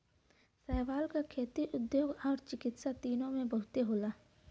शैवाल क खेती, उद्योग आउर चिकित्सा तीनों में बहुते होला